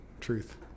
truth